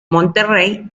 monterey